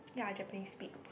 yeah a Japanese Spitz